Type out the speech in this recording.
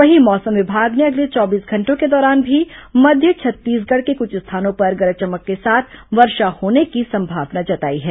वहीं मौसम विभाग ने अगले चौबीस घंटों के दौरान भी मध्य छत्तीसगढ़ के कुछ स्थानों पर गरज चमक के साथ वर्षा होने की संभावना जताई है